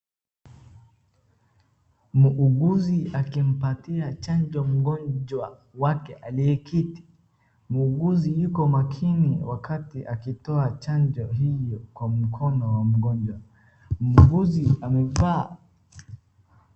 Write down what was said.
Muuguzi akimpatia chanjo mgonjwa wake aliyeketi, muuguzi yuko makini wakati akitoa chanjo hiyo kwa mkono wa mgonjwa, muuguzi amevaa.